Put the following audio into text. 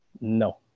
No